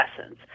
essence